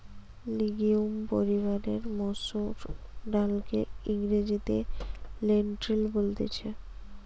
legume পরিবারের মসুর ডালকে ইংরেজিতে লেন্টিল বলতিছে